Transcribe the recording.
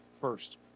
first